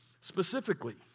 Specifically